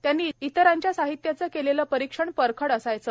त्यांनी इतरांच्या साहित्याचे केलेले परीक्षण परखड असायचे